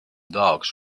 dogs